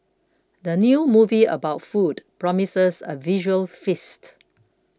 the new movie about food promises a visual feast